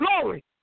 Glory